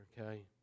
okay